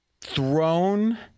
thrown